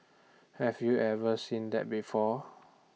have you ever seen that before